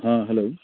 آ ہٮ۪لو